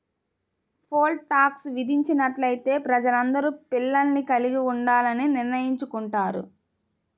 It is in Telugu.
పోల్ టాక్స్ విధించినట్లయితే ప్రజలందరూ పిల్లల్ని కలిగి ఉండాలని నిర్ణయించుకుంటారు